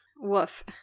Woof